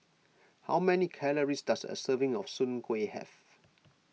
how many calories does a serving of Soon Kuih have